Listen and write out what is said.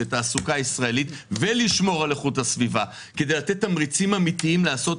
תעסוקה ישראלית ולשמור על איכות הסביבה כדי לתת תמריצים אמיתיים לעשות,